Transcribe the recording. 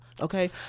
Okay